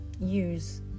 use